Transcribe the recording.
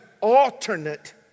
alternate